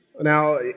Now